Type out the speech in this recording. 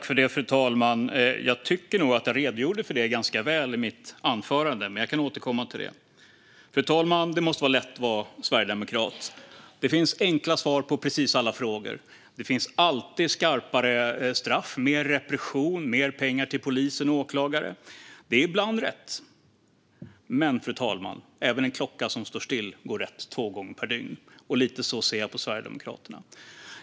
Fru talman! Jag tycker nog att jag redogjorde för det ganska väl i mitt anförande, men jag kan återkomma till det. Fru talman! Det måste vara lätt att vara sverigedemokrat. Det finns enkla svar på precis alla frågor. Det finns alltid skarpare straff, mer repression och mer pengar till polis och åklagare. Ibland är det rätt. Men, fru talman, även en klocka som står still visar rätt två gånger per dygn. Lite så ser jag på Sverigedemokraterna.